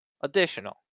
additional